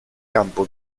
campo